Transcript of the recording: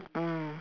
mm